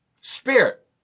Spirit